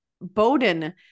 Bowden